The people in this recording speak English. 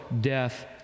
death